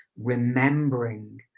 remembering